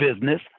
business